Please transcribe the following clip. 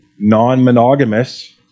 non-monogamous